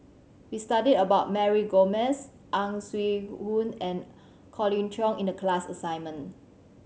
we studied about Mary Gomes Ang Swee Aun and Colin Cheong in the class assignment